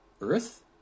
Earth